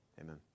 Amen